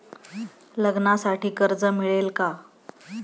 लग्नासाठी कर्ज मिळेल का?